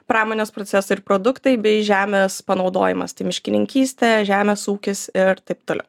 pramonės procesai ir produktai bei žemės panaudojimas tai miškininkystė žemės ūkis ir taip toliau